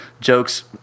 jokes